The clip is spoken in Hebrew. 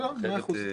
מאה אחוז.